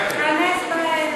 דגול, עיסאווי.